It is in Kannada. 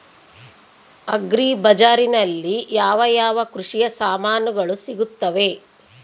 ಅಗ್ರಿ ಬಜಾರಿನಲ್ಲಿ ಯಾವ ಯಾವ ಕೃಷಿಯ ಸಾಮಾನುಗಳು ಸಿಗುತ್ತವೆ?